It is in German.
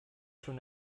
schon